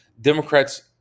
Democrats